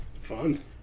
Fun